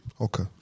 Okay